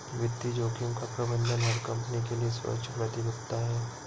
वित्तीय जोखिम का प्रबंधन हर कंपनी के लिए सर्वोच्च प्राथमिकता है